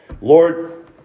Lord